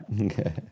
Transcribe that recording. Okay